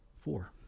four